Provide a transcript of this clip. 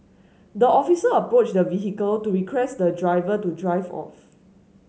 the officer approached the vehicle to request the driver to drive off